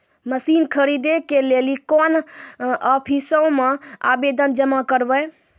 Machine खरीदै के लेली कोन आफिसों मे आवेदन जमा करवै?